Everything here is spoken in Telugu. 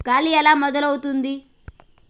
గాలి ఎలా మొదలవుతుంది?